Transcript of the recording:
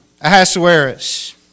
Ahasuerus